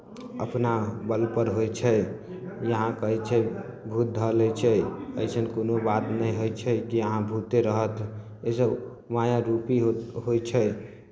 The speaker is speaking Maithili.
अपना बलपर होइ छै जहाँ कहै छै भूत धऽ लै छै अइसन कोनो बात नहि होइ छै जे यहाँ भूते रहत इसभ मायारूपी हो होइ छै